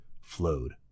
flowed